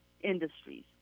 industries